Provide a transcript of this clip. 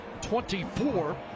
24